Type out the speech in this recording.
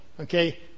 Okay